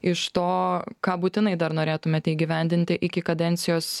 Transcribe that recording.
iš to ką būtinai dar norėtumėte įgyvendinti iki kadencijos